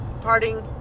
parting